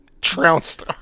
Trounced